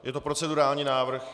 Je to procedurální návrh.